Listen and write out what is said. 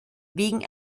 wegen